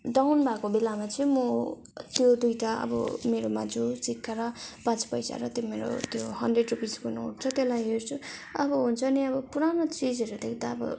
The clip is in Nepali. डउन भएको बेलामा चाहिँ म त्यो दुईवटा अब मेरोमा जो सिक्का र पाँच पैसा र त्यो मेरो त्यो हन्ड्रेड रुपिजको नोट छ त्यसलाई हेर्छु अब हुन्छ नि अब पुरानो चिजहरू देख्दा अब